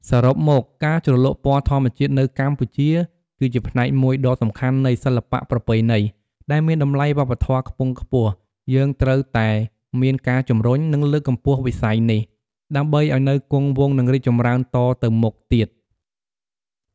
សរុបមក ការជ្រលក់ពណ៌ធម្មជាតិនៅកម្ពុជា គឺជាផ្នែកមួយដ៏សំខាន់នៃសិល្បៈប្រពៃណី ដែលមានតម្លៃវប្បធម៌ខ្ពង់ខ្ពស់ យើងត្រូវតែមានការជំរុញ និងលើកកម្ពស់វិស័យនេះ ដើម្បីឲ្យនៅគង់វង្ស និងរីកចម្រើនតទៅមុខទៀត។